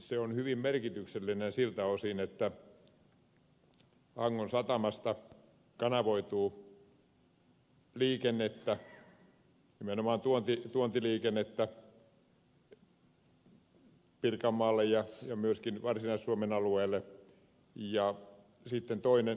se on hyvin merkityksellinen siltä osin että hangon satamasta kanavoituu nimenomaan tuontiliikennettä pirkanmaalle ja myöskin varsinais suomen alueelle ja sitten keski suomeen